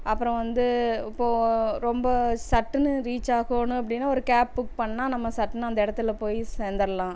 அப்புறம் வந்து இப்போது ரொம்ப சட்டுனு ரீச் ஆகணும் அப்படினா ஒரு கேப் புக் பண்ணால் நம்ம சட்டுனு அந்த இடத்துல போய் சேர்ந்தர்லாம்